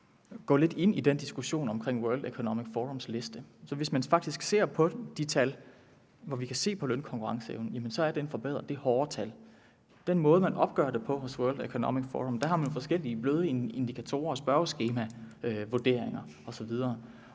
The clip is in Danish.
gå lidt ind i den diskussion omkring World Economic Forums liste, kan man se på tallene for lønkonkurrenceevnen, de hårde tal, at den er forbedret. I den måde, man opgør det på hos World Economic Forum, er der nogle forskellige bløde indikatorer, spørgeskemavurderinger osv.